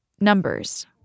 numbers